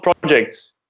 projects